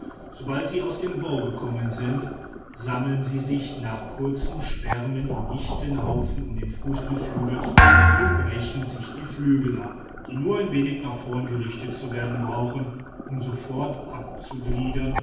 sobald sie aus dem bau gekommen sind sammeln sie sich nach kurzem schwärmen in dichten haufen um den fuß den hügels und brechen sich die flügel ab die nur ein wenig nach vorn gerichtet zu werden brauchen um sofort